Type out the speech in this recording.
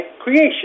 creation